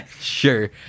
Sure